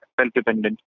self-dependent